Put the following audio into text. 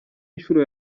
inshuro